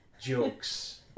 jokes